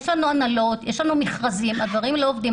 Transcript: יש לנו הנהלות, יש לנו מכרזים, הדברים לא עובדים.